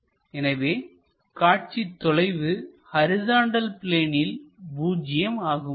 எனவே காட்சி தொலைவு ஹரிசாண்டல் பிளேனில் பூஜ்ஜியம் ஆகும்